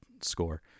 score